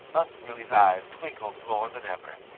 unc' billy's eyes twinkled more than ever.